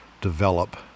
develop